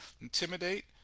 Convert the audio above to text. intimidate